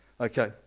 okay